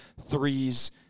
threes